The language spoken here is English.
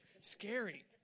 scary